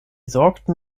sorgten